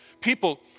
people